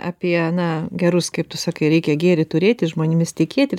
apie na gerus kaip tu sakai reikia gėrį turėti žmonėmis tikėti